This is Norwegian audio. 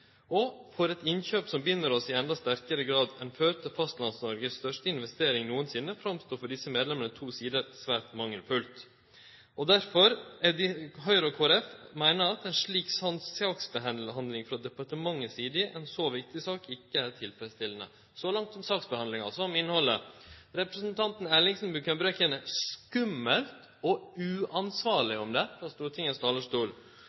det: «For et innkjøp som binder oss i enda sterkere grad enn før til Fastlands-Norges største investering noensinne, fremstår for disse medlemmene» – altså frå Høyre og Kristeleg Folkeparti – «to sider svært mangelfullt.» Høgre og Kristeleg Folkeparti meiner at ei slik saksbehandling frå departementet si side i ei så viktig sak ikkje er tilfredsstillande. Så langt om saksbehandlinga. Så om innhaldet. Representanten Ellingsen bruker uttrykka «skummelt» og